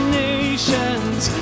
nations